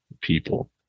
people